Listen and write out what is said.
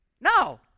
No